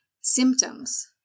symptoms